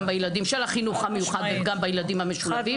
בילדים של החינוך המיוחד וגם בילדים המשולבים.